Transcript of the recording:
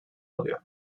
alıyor